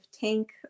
tank